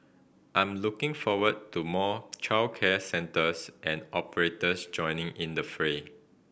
I'm looking forward to more childcare centres and operators joining in the fray